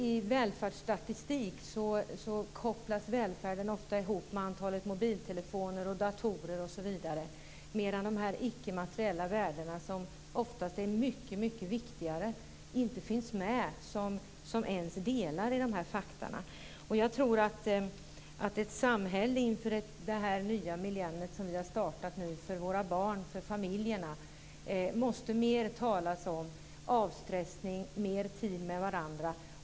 I välfärdsstatistik kopplas välfärden ofta ihop med antalet mobiltelefoner, datorer osv. medan de icke materiella värdena, som oftast är mycket viktigare, inte finns med ens som delar av faktauppgifterna. Jag tror att man i samhället inför det nya millennium som har startat och med tanke på våra barn och familjer måste tala mer om avstressning och skapa mer tid med varandra.